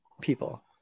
People